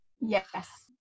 Yes